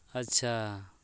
ᱟᱪᱪᱷᱟ